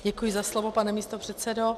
Děkuji za slovo, pane místopředsedo.